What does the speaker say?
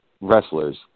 wrestlers